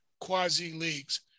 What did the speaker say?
quasi-leagues